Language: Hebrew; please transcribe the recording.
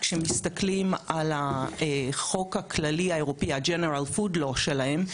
כשמסתכלים על החוק הכללי האירופי General Food Law שלהם,